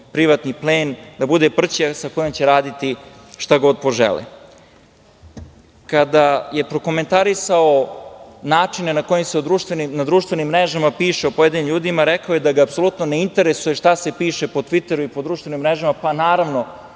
privatni plen, da bude prćija sa kojim će raditi šta god požele. Kada je prokomentarisao načine na kojim se na društvenim mrežama piše o pojedinim ljudima rekao je da ga apsolutno ne interesuje šta se piše po Tviteru i po društvenim mrežama. Pa, naravno